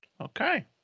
okay